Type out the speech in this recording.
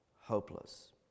hopeless